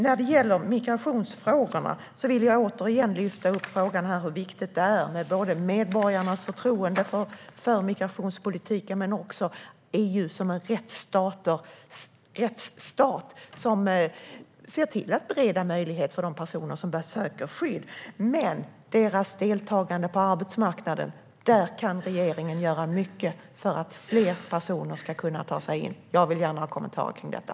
När det gäller migrationsfrågorna vill jag återigen lyfta upp hur viktigt det är både med medborgarnas förtroende för migrationspolitiken och med EU som en rättsstat som ser till att bereda möjlighet för de personer som söker skydd att delta på arbetsmarknaden. Där kan regeringen göra mycket för att fler personer ska kunna ta sig in. Jag vill gärna ha kommentarer kring detta.